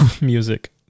music